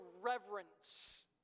reverence